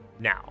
Now